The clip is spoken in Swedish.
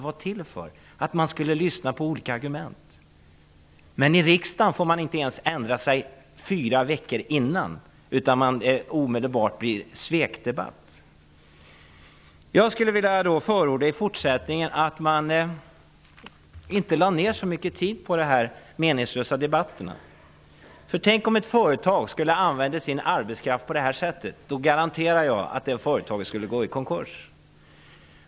Jag trodde att man skulle lyssna till olika argument. Men i riksdagen får man inte ändra sig fyra veckor innan, utan att det omedelbart blir en svekdebatt. Jag skulle vilja förorda att man i fortsättningen inte lade ned så mycket tid på de meningslösa debatterna. Tänk om ett företag skulle använda sin arbetskraft på detta sätt. Jag garanterar att det företaget skulle gå i konkurs.